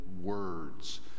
words